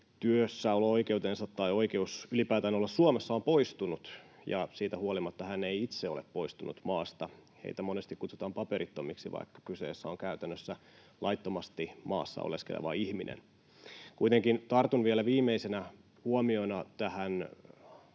työssäolo-oikeutensa tai oikeutensa ylipäätään olla Suomessa on poistunut ja joka siitä huolimatta ei itse ole poistunut maasta, monesti kutsutaan paperittomaksi, vaikka kyseessä on käytännössä laittomasti maassa oleskeleva ihminen. Kuitenkin tartun vielä viimeisenä huomiona tähän